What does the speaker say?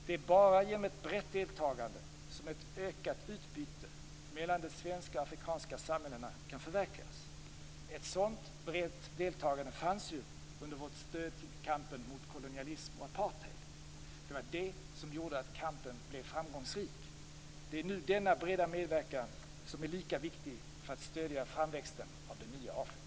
Det är bara genom ett brett deltagande som ett ökat utbyte mellan de svenska och afrikanska samhällena kan förverkligas. Ett sådant brett deltagande fanns under vårt stöd till kampen mot kolonialism och apartheid. Det var det som gjorde att kampen blev framgångsrik. Nu är denna breda medverkan lika viktig för att stödja framväxten av det nya Afrika.